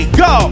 go